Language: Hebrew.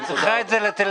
היא צריכה את זה לטלויזיה.